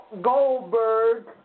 Goldberg